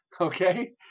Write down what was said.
okay